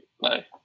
Bye